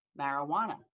marijuana